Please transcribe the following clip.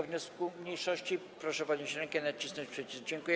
wniosku mniejszości, proszę podnieść rękę i nacisnąć przycisk.